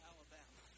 Alabama